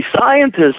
scientists